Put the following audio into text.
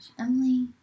Emily